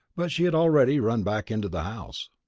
but she had already run back into the house.